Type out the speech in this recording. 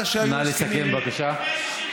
להחזיר את השלום, הסכמים, לפני 67' היה